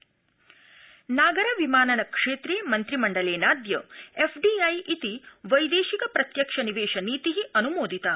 मन्त्रिमण्डलम् नागर विमानन क्षेत्रे मन्त्रिमण्डलेनाद्य एफडीआई इति वैदेशिक प्रत्यक्ष निवेश नीति अन्मोदिता